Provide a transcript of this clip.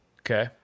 okay